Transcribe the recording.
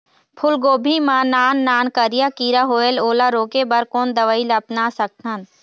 फूलगोभी मा नान नान करिया किरा होयेल ओला रोके बर कोन दवई ला अपना सकथन?